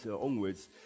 onwards